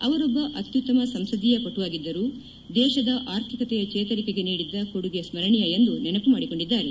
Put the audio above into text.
ಅವರೊಬ್ಬ ಅತ್ಯುತ್ತಮ ಸಂಸದೀಯ ಪಟುವಾಗಿದ್ದರು ದೇಶದ ಆರ್ಥಿಕತೆಯ ಚೇತರಿಕೆಗೆ ನೀಡಿದ್ದ ಕೊಡುಗೆ ಸ್ಮರಣೀಯ ಎಂದು ನೆನಪು ಮಾಡಿಕೊಂಡಿದ್ದಾರೆ